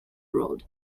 road